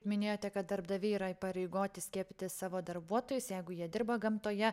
minėjote kad darbdaviai yra įpareigoti skiepyti savo darbuotojus jeigu jie dirba gamtoje